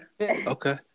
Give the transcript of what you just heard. okay